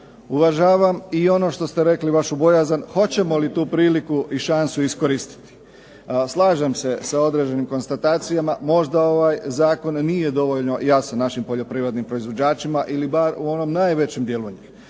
Uvažavam i ono što ste rekli vašu bojazan hoćemo li tu priliku i šansu iskoristiti. Slažem se sa određenim konstatacijama, možda ovaj zakon nije dovoljno jasan našim poljoprivrednim proizvođačima ili bar u onom najvećem dijelu njih.